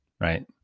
right